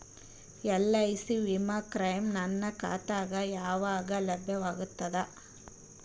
LIC ವಿಮಾ claim ನನ್ನ ಖಾತಾಗ ಯಾವಾಗ ಲಭ್ಯವಾಗತದ?